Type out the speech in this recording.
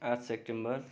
आठ सेप्टेम्बर